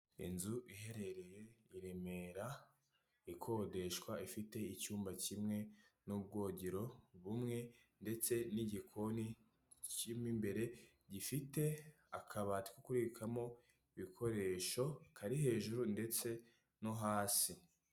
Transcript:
Inzu iherereye i Remera ikodeshwa ifite icyumba kimwe n'ubwogero bumwe ndetse n'igikoni k'imbere gifite akabati kokubikamo ibikoresho ari hejuru ndetse no hasi.